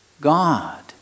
God